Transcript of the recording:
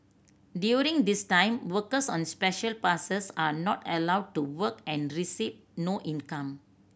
during this time workers on Special Passes are not allowed to work and receive no income